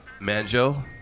Manjo